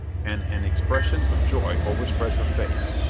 and an expression of joy overspread her face,